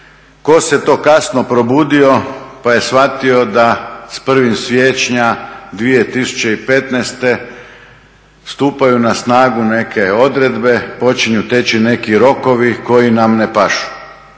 tko se to kasno probudio pa je shvatio da s 1. siječnja 2015. stupaju na snagu neke odredbe, počinju teći neki rokovi koji nam ne pašu.